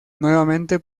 nuevamente